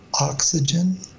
oxygen